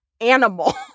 animal